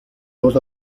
dos